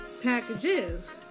packages